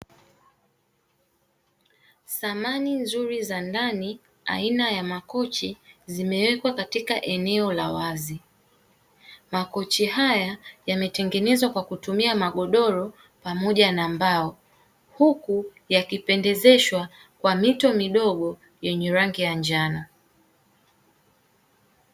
Samani nzuri za ndani aina ya makochi zimewekwa katika eneo la wazi, makochi haya yametengenezwa kwa kutumia magodoro pamoja na mbao huku yakipendezeshwa kwa mito midogo ya rangi ya njano.